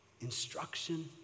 instruction